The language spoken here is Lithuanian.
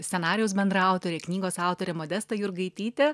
scenarijaus bendraautorė knygos autorė modesta jurgaitytė